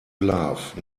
love